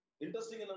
Interesting